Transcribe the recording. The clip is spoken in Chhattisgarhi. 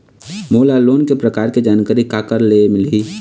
मोला लोन के प्रकार के जानकारी काकर ले मिल ही?